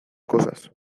cosas